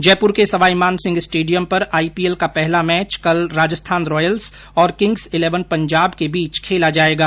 जयपुर के सवाईमानसिंह स्टेडियम पर आईपीएल का पहला मैच कल राजस्थान रॉयल्स और किंग्स इलेवन पंजाब के बीच खेला जायेगा